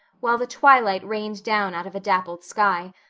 while the twilight rained down out of a dappled sky,